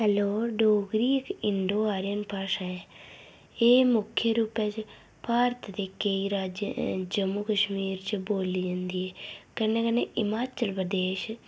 hello Dogri इक्क Indo Aryan भाशा ऐ एह् मुख्य रुपै च भारत दे केईं राज्य जम्मू कश्मीर च बोल्ली जंदी कन्नै कन्नै हिमाचल प्रदेश